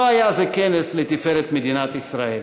לא היה זה כנס לתפארת מדינת ישראל.